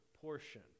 portion